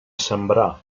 sembrar